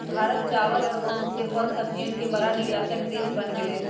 भारत चावल और बहुत से फल सब्जियन के बड़ा निर्यातक देश बन गेलय